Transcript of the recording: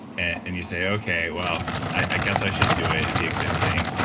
and and you say, okay, well i guess i should do it, it'd be a good thing.